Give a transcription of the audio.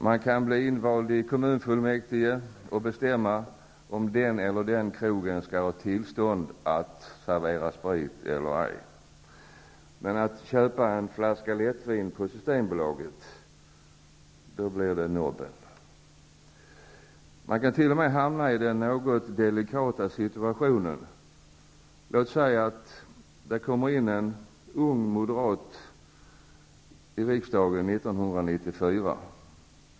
Man kan bli invald i kommunfullmäktige och vara med och bestämma om den eller den krogen skall ha tillstånd att servera sprit eller ej. Men vill man köpa en flaska lättvin på Systembolaget blir det nobben. Låt oss säga att det kommer in en ung moderat i riksdagen 1994.